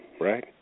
right